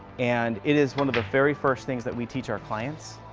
and it is one of the very first things that we teach our clients.